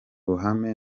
ruhame